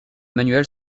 manuels